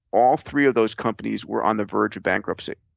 all three of those companies were on the verge of bankruptcy.